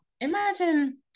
Imagine